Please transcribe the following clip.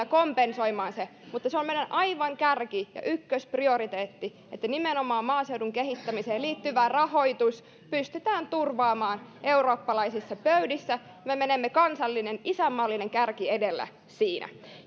kompensoimaan sitä mutta se on meidän aivan kärki ja ykkösprioriteetti että nimenomaan maaseudun kehittämiseen liittyvä rahoitus pystytään turvaamaan eurooppalaisissa pöydissä me menemme kansallinen isänmaallinen kärki edellä siinä